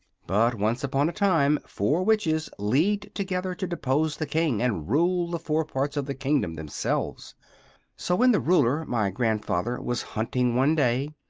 but once upon a time four witches leagued together to depose the king and rule the four parts of the kingdom themselves so when the ruler, my grandfather, was hunting one day,